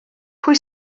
pwy